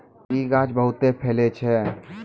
इ गाछ बहुते फैलै छै